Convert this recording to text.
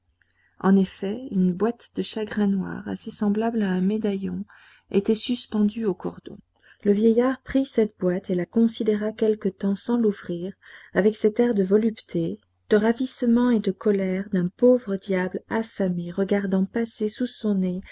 en effet une boîte de chagrin noir assez semblable à un médaillon était suspendue au cordon le vieillard prit cette boîte et la considéra quelque temps sans l'ouvrir avec cet air de volupté de ravissement et de colère d'un pauvre diable affamé regardant passer sous son nez